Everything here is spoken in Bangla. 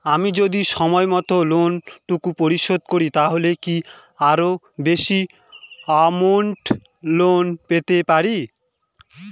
আমি যদি সময় মত লোন টুকু পরিশোধ করি তাহলে কি আরো বেশি আমৌন্ট লোন পেতে পাড়ি?